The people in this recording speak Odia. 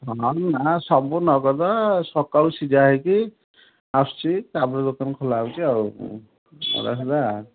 ହଁ ନା ସବୁ ନଗଦ ସକାଳୁ ସିଝା ହେଇକି ଆସୁଛି ତା'ପରେ ଦୋକାନ ଖୋଲା ହୋଉଛି ଆଉ